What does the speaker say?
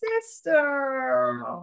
sister